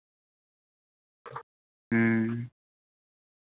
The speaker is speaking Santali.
ᱦᱮᱸ